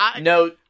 No